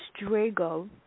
Drago